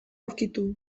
aurkitu